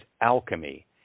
alchemy